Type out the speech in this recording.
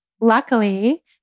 luckily